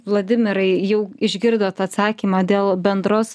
vladimirai jau išgirdot atsakymą dėl bendros